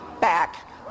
back